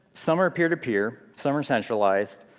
some are peer to peer, some are centralized,